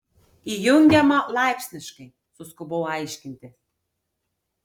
įjungiama laipsniškai suskubau aiškinti